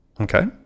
Okay